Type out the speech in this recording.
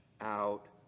out